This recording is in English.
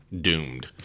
doomed